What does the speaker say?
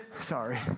Sorry